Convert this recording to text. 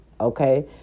okay